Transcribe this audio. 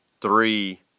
three